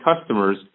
customers